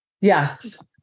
Yes